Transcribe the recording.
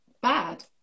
bad